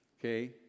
Okay